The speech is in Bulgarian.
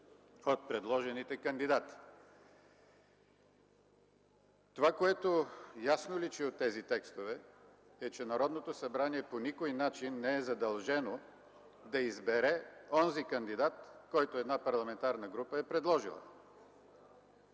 от предложените кандидати.” Това, което ясно личи от тези текстове, е, че Народното събрание по никой начин не е задължено да избере онзи кандидат, който една парламентарна група е предложила.